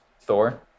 Thor